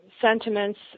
Sentiments